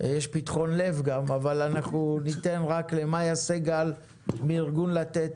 אבל ניתן רק למאיה סגל מארגון לתת.